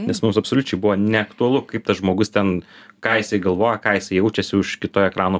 nes mums absoliučiai buvo neaktualu kaip tas žmogus ten ką jisai galvoja ką jisai jaučiasi už kitoj ekrano